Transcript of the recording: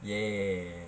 ya ya ya ya